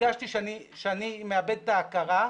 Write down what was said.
הרגשתי שאני מאבד את ההכרה.